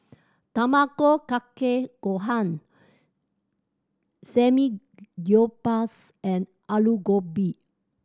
Tamago Kake Gohan Samgyeopsal and Alu Gobi